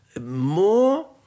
more